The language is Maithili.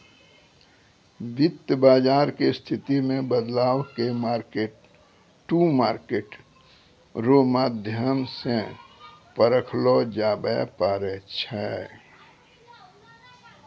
वित्त बाजार के स्थिति मे बदलाव के मार्केट टू मार्केट रो माध्यम से परखलो जाबै पारै छै